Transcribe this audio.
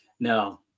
No